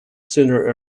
sooner